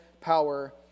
power